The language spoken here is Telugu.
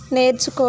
నేర్చుకో